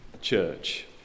church